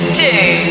two